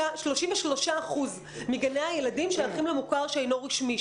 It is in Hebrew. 33% מגני הילדים שייכים למוכר שאינו רשמי.